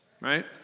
Right